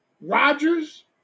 Rodgers